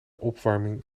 opwarming